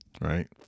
right